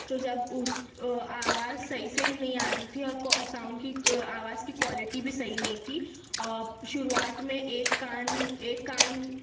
تو جب اس آواز صحیح صحیح نہیں آ رہی تھی اور ساؤنڈ کی آواز کی کوالٹی بھی صحیح نہیں تھی شروعات میں ایک کان ایک کان